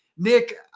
Nick